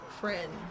friend